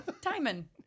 Timon